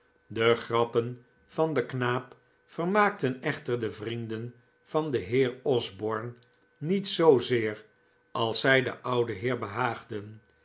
de grappen van den knaap vermaakten echter de vrienden van den heer osborne niet zoozeer als zij den ouden heer behaagden